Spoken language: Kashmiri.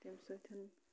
تَمہِ سۭتۍ